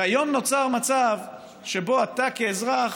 היום נוצר מצב שבו אתה, כאזרח,